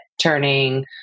turning